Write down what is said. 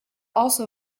also